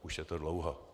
Už je to dlouho.